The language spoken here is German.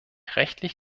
rechtlich